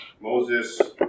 Moses